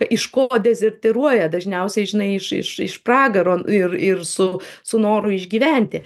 iš ko dezertyruoja dažniausiai žinai iš iš iš pragaro ir ir su su noru išgyventi